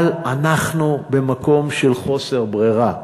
אבל אנחנו במקום של חוסר ברירה.